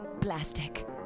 plastic